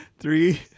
Three